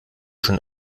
schon